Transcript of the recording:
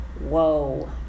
Whoa